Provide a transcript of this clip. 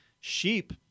sheep